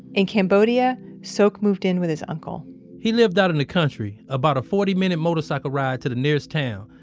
in cambodia, sok moved in with his uncle he lived out in the country. about a forty minute motorcycle ride to the nearest town.